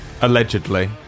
Allegedly